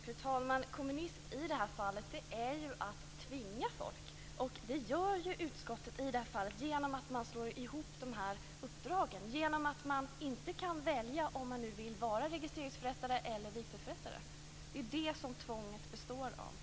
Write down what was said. Fru talman! Kommunism i det här fallet innebär att man tvingar folk. Och det gör ju utskottet genom att dessa båda uppdrag slås ihop. Man kan inte välja om man vill vara registreringsförrättare eller vigselförrättare. Det är ju det som tvånget består i.